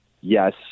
Yes